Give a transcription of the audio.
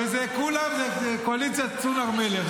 כולם זה קואליציית סון הר מלך.